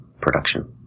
production